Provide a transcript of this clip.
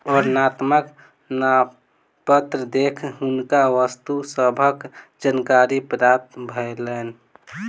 वर्णनात्मक नामपत्र देख हुनका वस्तु सभक जानकारी प्राप्त भेलैन